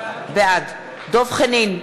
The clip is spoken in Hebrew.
בעד דב חנין,